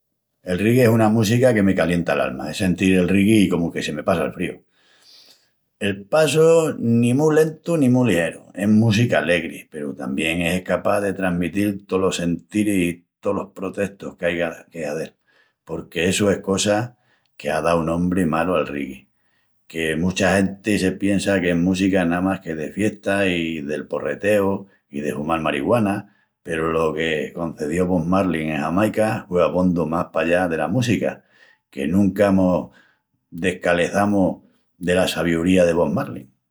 El reggae es una música que me calienta l'alma. Es sentil el reggae i comu que se me passa'l fríu. El passu, ni mu lentu ni mu ligeru. Es música alegri peru tamién es escapás de tramitil tolos sentiris i tolos protestus qu'aiga que hazel. Porque essu es cosa que á dau nombri malu al reggae. Que mucha genti se piensa que es música namás que de fiesta i del porreteu i de humal marigüana, peru lo que concedió Bob Marley en Jamaica hue abondu más pallá dela música. Que nunca mos descaleçamus dela sabiuría del Bob Marley.